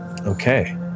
Okay